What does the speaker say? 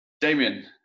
Damien